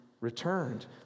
returned